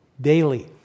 daily